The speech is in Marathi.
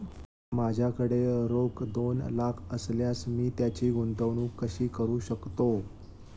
माझ्याकडे रोख दोन लाख असल्यास मी त्याची गुंतवणूक कशी करू शकतो?